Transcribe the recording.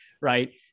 right